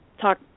talk